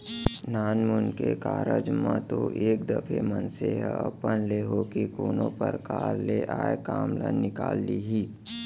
नानमुन के कारज म तो एक दफे मनसे ह अपन ले होके कोनो परकार ले आय काम ल निकाल लिही